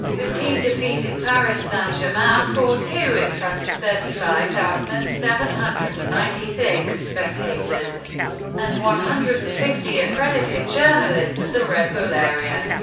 the team defeated paris and saint-germain four two in front of thirty five thousand and seven hundred and ninety six spectators and one hundred and fifty accredited journalists at the red bull area.